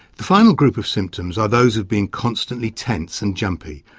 the final group of symptoms are those of being constantly tense and jumpy,